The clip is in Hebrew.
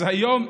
אז היום,